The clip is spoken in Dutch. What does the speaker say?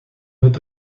het